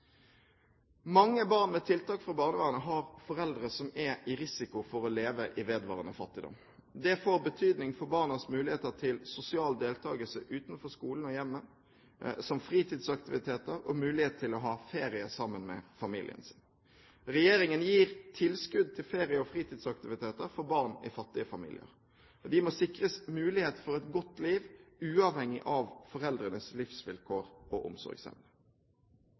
Mange barn med tiltak fra barnevernet har foreldre som er i risikosonen for å leve i vedvarende fattigdom. Dette får betydning for barnas muligheter til sosial deltakelse utenfor skolen og hjemmet, som fritidsaktiviteter og mulighet til å ha ferie sammen med familien sin. Regjeringen gir tilskudd til ferie- og fritidsaktiviteter for barn i fattige familier. De må sikres mulighet for et godt liv uavhengig av foreldrenes livsvilkår og omsorgsevne.